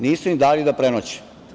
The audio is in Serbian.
Nisu im dali da prenoće.